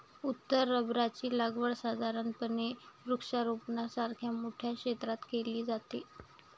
उत्तर रबराची लागवड साधारणपणे वृक्षारोपणासारख्या मोठ्या क्षेत्रात केली जाते